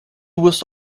was